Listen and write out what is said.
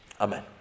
Amen